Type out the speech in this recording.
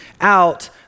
out